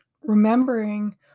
remembering